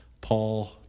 Paul